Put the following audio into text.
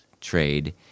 trade